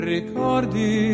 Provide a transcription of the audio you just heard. Ricordi